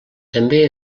també